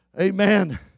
amen